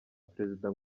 président